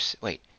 Wait